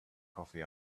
coffee